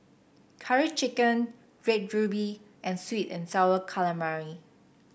Curry Chicken Red Ruby and sweet and sour calamari